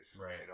Right